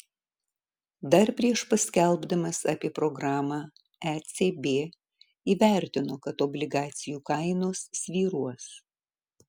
dar prieš paskelbdamas apie programą ecb įvertino kad obligacijų kainos svyruos